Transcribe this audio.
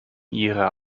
ihrer